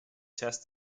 test